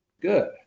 good